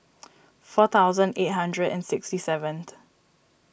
four thousand eight hundred and sixty seventh